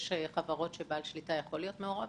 יש חברות שבעל השליטה יכול להיות מעורב,